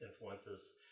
influences